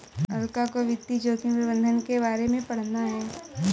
अलका को वित्तीय जोखिम प्रबंधन के बारे में पढ़ना है